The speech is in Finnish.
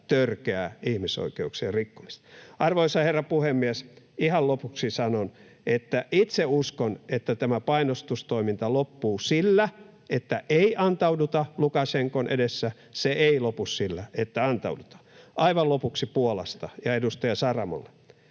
törkeää ihmisoikeuksien rikkomista. Arvoisa herra puhemies! Ihan lopuksi sanon, että itse uskon, että tämä painostustoiminta loppuu sillä, että ei antauduta Lukašenkan edessä, mutta se ei lopu sillä, että antaudutaan. Aivan lopuksi Puolasta, ja edustaja Saramolle: